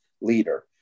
leader